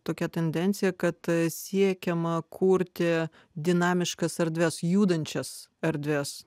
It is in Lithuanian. tokia tendencija kad siekiama kurti dinamiškas erdves judančias erdves